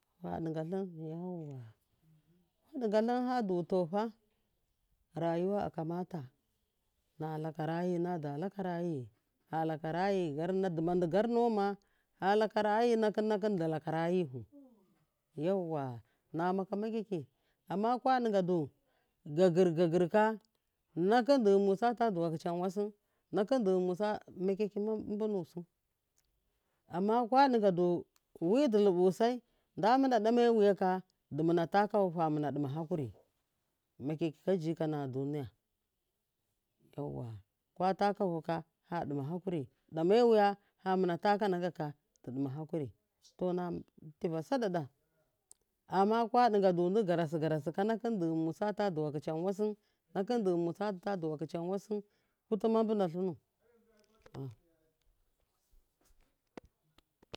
Fa digalim fa digalim du tofa ruyuwa akamata nalakaraayi nada lakurayi nalakarayi dimadi garnoma nalarayi nakin nakin di laka rayihu yauwa namaka makyakyi amma kadiyadu gagirgagirka kathun kumdu yumusata duwa ka chanwa suka nakundu yumusa ta makyakyi ma bunusu am kwa diga du widu luɓusai damuna dame wiyaka dumuna takafu faɗuma hakuri makayakigi ka jika na duniya kwa takafu faɗuma hakuri dame wiya famuna taka nakaka duduma hakuri to na tiva saɗaɗa amma kwa diga du digarasgaraka nak hum di yimusata duwaka chan wasu kutuma buna lunu.